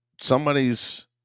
somebody's